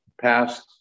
past